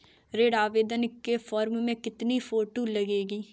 ऋण आवेदन के फॉर्म में कितनी फोटो लगेंगी?